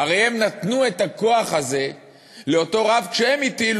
הרי הם נתנו את הכוח הזה לאותו רב כשהם הטילו